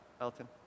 Elton